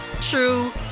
true